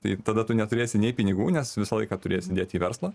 tai tada tu neturėsi nei pinigų nes visą laiką turės dėt į verslą